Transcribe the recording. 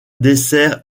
dessert